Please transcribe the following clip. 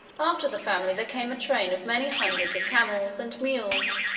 after the family there came a train of many hundreds of camels and mules,